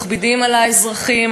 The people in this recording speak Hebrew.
מכבידים על האזרחים,